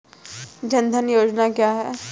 जनधन योजना क्या है?